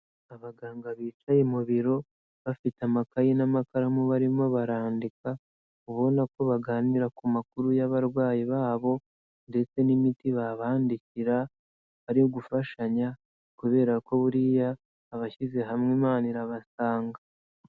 Abaganga bicaye mu biro bafite amakayi n'amakaramu barimo barandika, ubona ko baganira ku makuru y'abarwayi babo ndetse n'imiti babandikira, bari gufashanya kubera ko buriya abashyize hamwe Imana irabasanga.